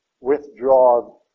withdraw